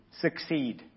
succeed